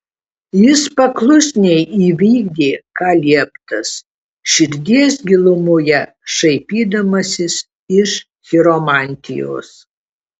jis paklusniai įvykdė ką lieptas širdies gilumoje šaipydamasis iš chiromantijos